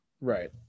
Right